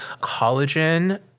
collagen